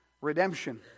redemption